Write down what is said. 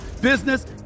business